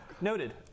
Noted